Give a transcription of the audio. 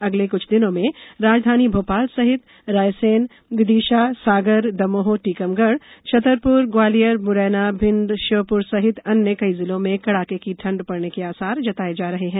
अगले कुछ दिनों में राजधानी भोपाल सहित रायसेन विदिशा सागर दमोह टीकमगढ़ छतरपुर ग्वालियर मुरैना भिंड श्योपुर सहित अन्य कई जिलों में कड़ाके की ठंड पडने के आसार जताए गए हैं